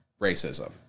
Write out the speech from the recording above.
racism